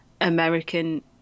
American